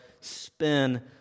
spin